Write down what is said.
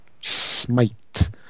smite